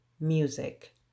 music